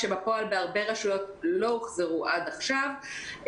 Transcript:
כשבפועל בהרבה רשויות לא הוחזרו עד עכשיו,